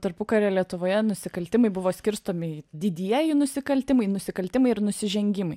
tarpukario lietuvoje nusikaltimai buvo skirstomi į didieji nusikaltimai nusikaltimai ir nusižengimai